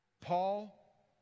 Paul